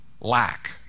lack